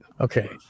Okay